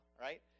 right